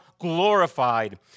glorified